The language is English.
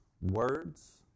words